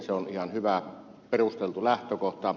se on ihan hyvä perusteltu lähtökohta